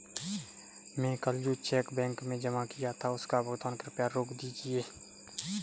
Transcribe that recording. मैं कल जो चेक बैंक में जमा किया था उसका भुगतान कृपया रोक दीजिए